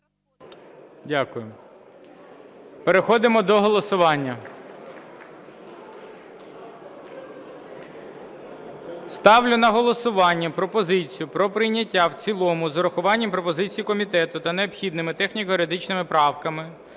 Дякую. Переходимо до голосування. Ставлю на голосування пропозицію про прийняття в цілому з врахуванням пропозицій комітету та необхідними техніко-юридичними правками